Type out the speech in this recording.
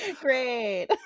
Great